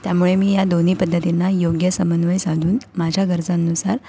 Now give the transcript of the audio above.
त्यामुळे मी या दोन्ही पद्धतींना योग्य समन्वय साधून माझ्या गरजांनुसार